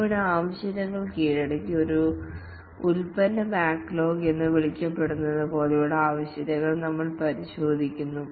ഇവിടെ ആവശ്യകതകൾ കീഴടക്കി ഒരു ഉൽപ്പന്ന ബാക്ക്ലോഗ് എന്ന് വിളിക്കപ്പെടുന്നതുപോലെയുള്ള ആവശ്യകതകൾ നമ്മൾ പരിശോധിക്കുന്നു